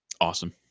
awesome